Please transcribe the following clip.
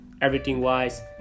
everything-wise